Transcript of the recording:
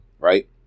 right